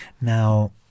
Now